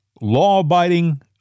law-abiding